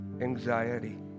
anxiety